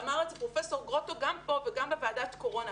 ואמר את זה פרופסור גרוטו גם פה וגם בוועדת קורונה,